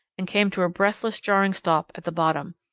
and came to a breathless jarring stop at the bottom.